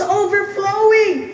overflowing